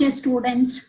students